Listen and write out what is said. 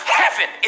heaven